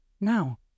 Now